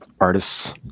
Artists